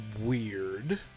weird